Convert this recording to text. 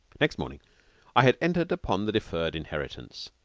next morning i had entered upon the deferred inheritance.